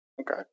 Okay